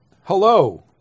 Hello